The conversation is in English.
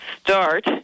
start